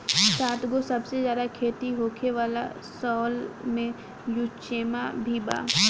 सातगो सबसे ज्यादा खेती होखे वाला शैवाल में युचेमा भी बा